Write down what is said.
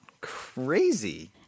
crazy